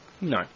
no